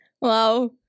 Wow